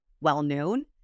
well-known